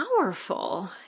powerful